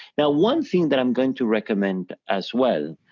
now one thing that i'm going to recommend as well,